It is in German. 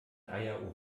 eier